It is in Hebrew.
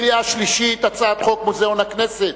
בקריאה שלישית, הצעת חוק מוזיאון הכנסת: